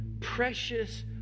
precious